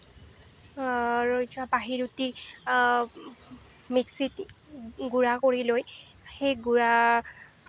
ৰৈ যোৱা বাহি ৰুটি মিক্সিত গুড়া কৰি লৈ সেই গুড়া